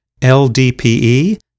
LDPE